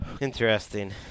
Interesting